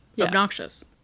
obnoxious